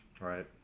Right